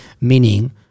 meaning